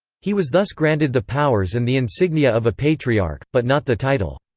he was thus granted the powers and the insignia of a patriarch, but not the title.